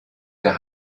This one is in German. der